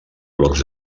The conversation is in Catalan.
blocs